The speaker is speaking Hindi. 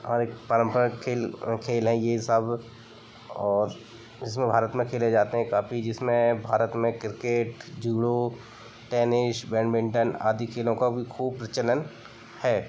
हमारे पारंपरिक खेल खेल हैं ये सब और इसमें भारत में खेले जाते हैं काफ़ी जिसमें भारत में किर्केट जूड़ो टेनिश बैडमिंटन आदि खेलों का भी खूब प्रचलन है